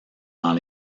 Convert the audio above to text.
dans